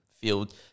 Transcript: field